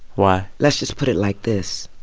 why? let's just put it like this.